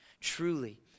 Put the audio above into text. Truly